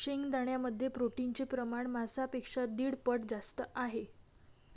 शेंगदाण्यांमध्ये प्रोटीनचे प्रमाण मांसापेक्षा दीड पट जास्त आहे